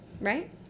right